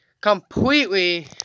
completely